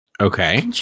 Okay